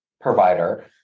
provider